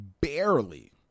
barely